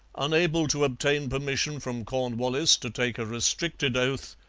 unable to obtain permission from cornwallis to take a restricted oath,